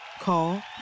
Call